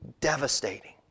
devastating